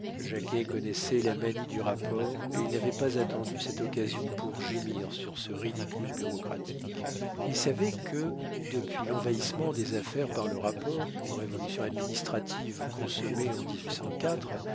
jacquet connaissait la manie du rapport et il n'avait pas attendu cette occasion pour gémir sur ce ridicule bureaucratique il savait que depuis l'envahissement des affaires par le rapport révolution administrative consommée en